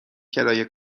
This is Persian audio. کرایه